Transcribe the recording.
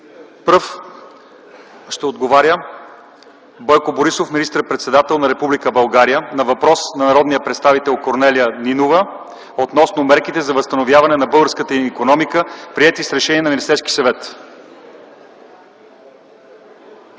Пръв ще отговаря Бойко Борисов - министър-председателят на Република България, на въпрос на народния представител Корнелия Нинова относно мерките за възстановяване на българската икономика, приети с решение на Министерския съвет.